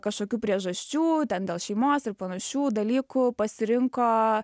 kažkokių priežasčių ten dėl šeimos ir panašių dalykų pasirinko